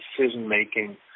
decision-making